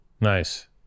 Nice